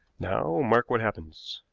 now, mark what happens.